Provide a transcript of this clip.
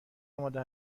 آماده